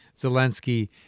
Zelensky